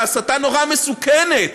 ההסתה נורא מסוכנת